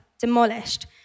demolished